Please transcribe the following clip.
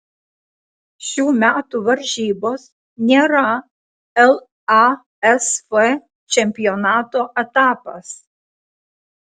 šių metų varžybos nėra lasf čempionato etapas